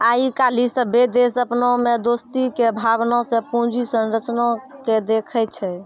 आइ काल्हि सभ्भे देश अपना मे दोस्ती के भावना से पूंजी संरचना के देखै छै